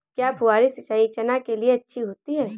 क्या फुहारी सिंचाई चना के लिए अच्छी होती है?